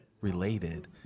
related